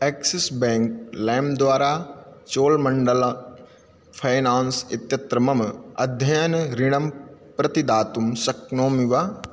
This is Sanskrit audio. आक्सिस् ब्याङ्क् लैम् द्वारा चोळमण्डलम् फैनान्स् इत्यत्र मम अध्ययनऋणम् प्रतिदातुं शक्नोमि वा